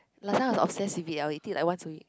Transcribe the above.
last time I was obsessed with it I will eat it once a week